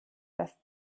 dass